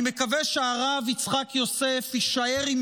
אני מקווה שהרב יצחק יוסף יישאר עם